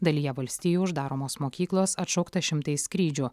dalyje valstijų uždaromos mokyklos atšaukta šimtai skrydžių